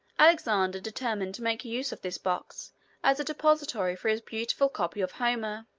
alexander determined to make use of this box as a depository for his beautiful copy of homer,